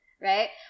right